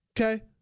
okay